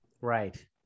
Right